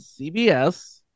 CBS